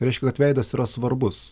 reiškia kad veidas yra svarbus